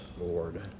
Lord